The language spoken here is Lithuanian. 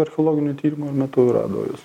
archeologinio tyrimo metu rado juos